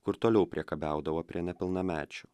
kur toliau priekabiaudavo prie nepilnamečių